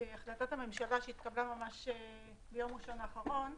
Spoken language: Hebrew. החלטת הממשלה שהתקבלה ביום ראשון האחרון.